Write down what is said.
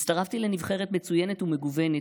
הצטרפתי לנבחרת מצוינת ומגוונת,